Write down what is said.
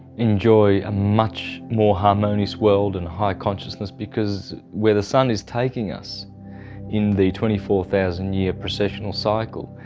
enjoy a much more harmonious world and high consciousness, because where the sun is taking us in the twenty four thousand year processional cycle,